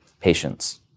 patients